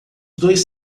dois